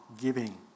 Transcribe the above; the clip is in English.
giving